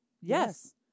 Yes